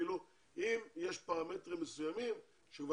אם יש פרמטרים מסוימים.